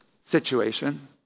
situation